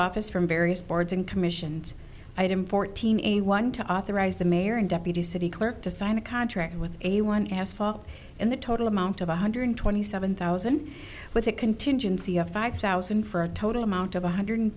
office from various boards and commissions item fourteen a one to authorize the mayor and deputy city clerk to sign a contract with a one as far in the total amount of one hundred twenty seven thousand with a contingency of five thousand for a total amount of one hundred